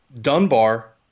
Dunbar